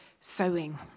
sewing